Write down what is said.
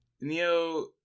Neo